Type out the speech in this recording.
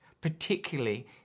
particularly